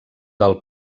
del